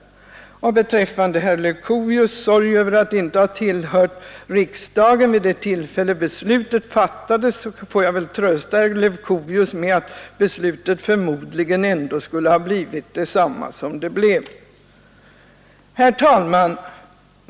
Vad beträffar herr Leuchovius” sorg över att inte ha tillhört riksdagen vid det tillfälle då beslutet fattades får jag väl trösta honom med att beslutet förmodligen ändå skulle ha blivit detsamma som det blev. Herr talman!